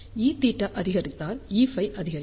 Eθ அதிகரித்தால் Eφ அதிகரிக்கும்